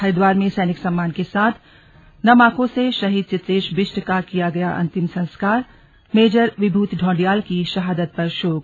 हरिद्वार में सैनिक सम्मान के साथ नम आंखों से शहीद चित्रेश बिष्ट का किया गया अंतिम संस्कार मेजर विभूति ढौंढियाल की शहादत पर शोक